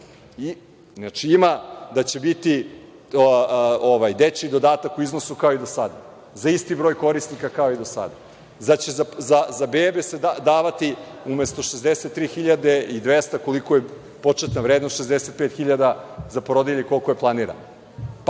nema. Ima da će biti dečiji dodatak u iznosu kao i do sada za isti broj korisnika, kao i do sada. Za bebe će se davati umesto 63.200, koliko je početna vrednost, 65.000 za porodilje, kako je planirano. Možete,